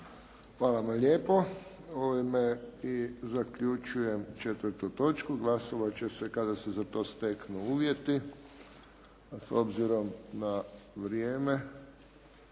Hvala vam lijepo. Ovime i zaključujem 4. točku. Glasovat će se kada se za to steknu uvjeti. A s obzirom na vrijeme